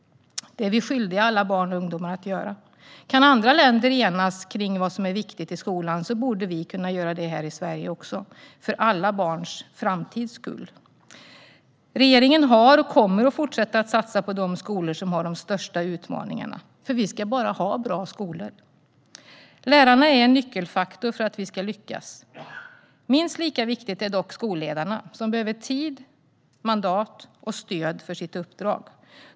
Det är vi skyldiga alla barn och ungdomar att göra. Kan andra länder enas kring vad som är viktigt i skolan borde vi kunna göra det här i Sverige också, för alla barns framtids skull. Regeringen har satsat på och kommer att fortsätta att satsa på de skolor som har de största utmaningarna, för vi ska bara ha bra skolor. Lärarna är en nyckelfaktor för att vi ska lyckas. Minst lika viktiga är dock skolledarna, som behöver tid, mandat och stöd för sitt uppdrag.